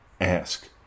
Ask